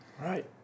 Right